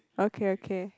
okay okay